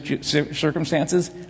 circumstances